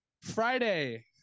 Friday